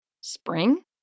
Spring